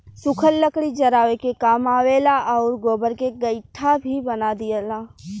सुखल लकड़ी जरावे के काम आवेला आउर गोबर के गइठा भी बना दियाला